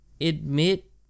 admit